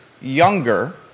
younger